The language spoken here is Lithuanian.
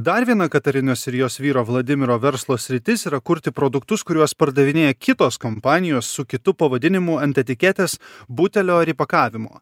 dar viena katarinos ir jos vyro vladimiro verslo sritis yra kurti produktus kuriuos pardavinėja kitos kompanijos su kitu pavadinimu ant etiketės butelio ar įpakavimo